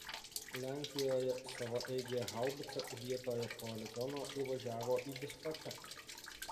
lenkijoje savaeigė haubica vietoje poligono įvažiavo į diskoteką